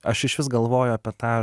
aš išvis galvoju apie tą